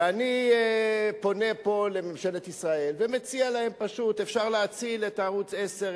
ואני פונה פה לממשלת ישראל ומציע להם פשוט: אפשר להציל את ערוץ-10,